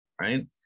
right